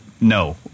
no